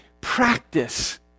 practice